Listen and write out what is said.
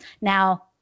Now